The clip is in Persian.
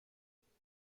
گیاهان